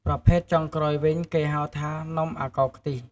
ប្រភេទចុងក្រោយវិញ គេហៅថា នំអាកោរខ្ទិះ។